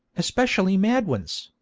especially mad ones,